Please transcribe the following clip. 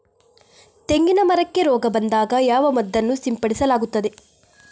ತೆಂಗಿನ ಮರಕ್ಕೆ ರೋಗ ಬಂದಾಗ ಯಾವ ಮದ್ದನ್ನು ಸಿಂಪಡಿಸಲಾಗುತ್ತದೆ?